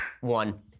One